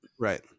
Right